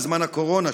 בזמן הקורונה,